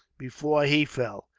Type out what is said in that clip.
before he fell,